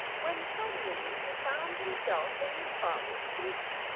when, suddenly, he found himself in his father's camp.